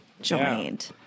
joined